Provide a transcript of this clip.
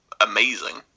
amazing